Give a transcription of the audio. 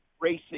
racing